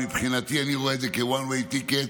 מבחינתי אני רואה את זה כ-one way ticket,